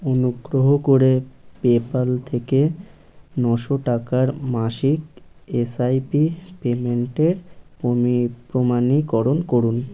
অনুগ্রহ করে পেপ্যাল থেকে নশো টাকার মাসিক এসআইপি পেমেন্টের পোমি প্রমাণীকরণ করুন